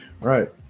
right